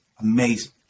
amazing